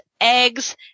eggs